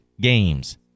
games